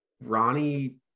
ronnie